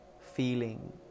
feeling